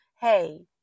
Hey